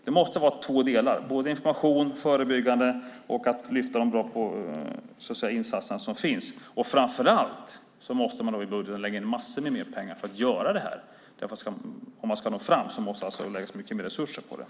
Det måste finnas två delar, dels att förebygga med information, dels att lyfta fram de insatser som finns. Framför allt måste man lägga in mycket mer pengar för att göra detta. Om man ska nå fram måste det läggas mycket mer resurser på det.